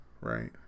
right